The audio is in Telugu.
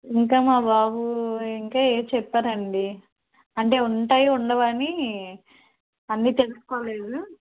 ఇంకా మా బాబు ఇంకా ఎదో చెప్పారండి అంటే ఉంటాయో ఉండవో అని అన్ని తెలుసుకోలేదు